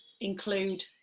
include